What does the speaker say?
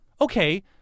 Okay